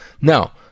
Now